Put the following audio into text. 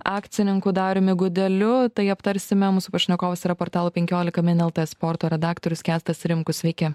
akcininku dariumi gudeliu tai aptarsime mūsų pašnekovas yra portalo penkiolika min sporto redaktorius kęstas rimkus sveiki